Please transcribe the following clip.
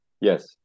yes